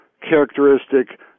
characteristic